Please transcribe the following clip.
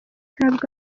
ntabwo